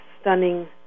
stunning